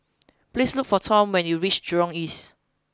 please look for Tom when you reach Jurong East